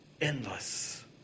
Endless